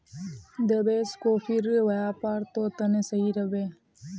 देवेश, कॉफीर व्यापार तोर तने सही रह बे